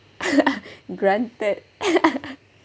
granted